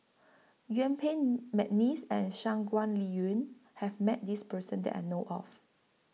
Yuen Peng Mcneice and Shangguan Liuyun has Met This Person that I know of